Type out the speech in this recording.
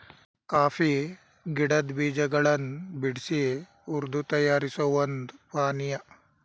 coffee ಗಿಡದ್ ಬೀಜಗಳನ್ ಬಿಡ್ಸಿ ಹುರ್ದು ತಯಾರಿಸೋ ಒಂದ್ ಪಾನಿಯಾ